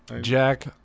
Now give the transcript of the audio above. jack